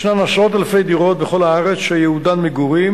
ישנן עשרות אלפי דירות בכל הארץ שייעודן מגורים,